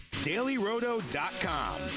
DailyRoto.com